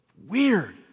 Weird